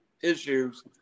issues